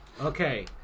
Okay